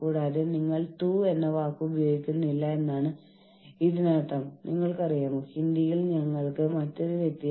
കൂടാതെ നമ്മളെ കൊണ്ട് കഴിയുന്നതെല്ലാം അത് നമ്മളുടെ ഓർഗനൈസേഷന്റെ ഭാഗമാകുമെന്ന് അറിഞ്ഞുകൊണ്ട് നമ്മൾ ചെയ്യും